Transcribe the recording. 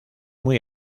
muy